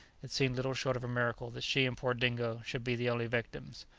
it seemed little short of a miracle that she and poor dingo should be the only victims.